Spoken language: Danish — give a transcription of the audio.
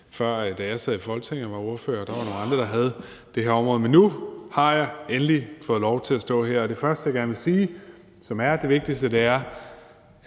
Da jeg sad i Folketinget og var ordfører, var der nogle andre, der havde det her område. Men nu har jeg endelig fået lov til at stå her! Det første, jeg gerne vil sige, og som er det vigtigste, er,